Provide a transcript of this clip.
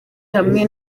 hamwe